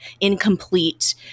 incomplete